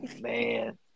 Man